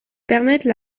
permettent